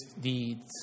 deeds